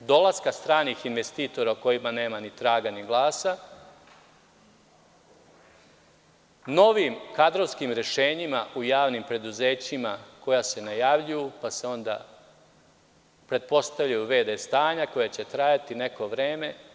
dolaska stranih investitora o kojima nema ni traga ni glasa, novim kadrovskim rešenjima u javnim preduzećima koja se najavljuju, pa se onda postavljaju VD stanja koja će trajati neko vreme.